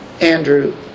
Andrew